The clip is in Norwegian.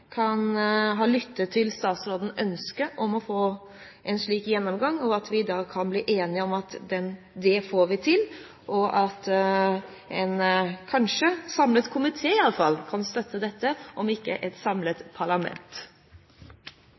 lyttet til statsrådens ønske om å få en slik gjennomgang, at vi kan bli enige om at det får vi til, og at en kanskje samlet komité – i alle fall – kan støtte dette, om ikke et samlet parlament.